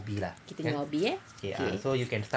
kita punya hobby eh okay